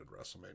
WrestleMania